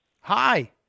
Hi